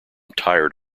tired